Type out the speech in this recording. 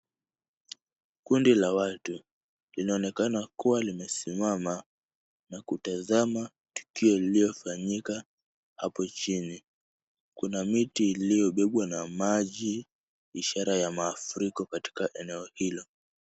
Kundi la watu linaonekana kuwa limesimama na kutazama tukio lililofanyika hapo chini. Kuna miti iliyobebwa na maji ishara ya mafuriko katika eneo hilo.